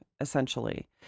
essentially